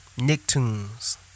Nicktoons